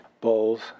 bowls